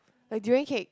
like durian cake